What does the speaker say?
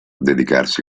dedicarsi